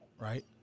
right